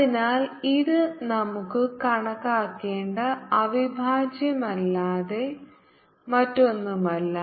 അതിനാൽ ഇത് നമുക്ക് കണക്കാക്കേണ്ട അവിഭാജ്യമല്ലാതെ മറ്റൊന്നുമല്ല